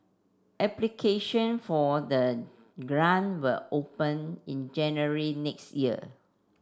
application for the grant will open in January next year